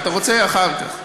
אתה רוצה, אחר כך.